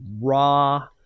raw